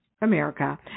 america